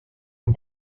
amb